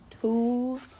two